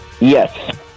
Yes